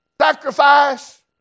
sacrifice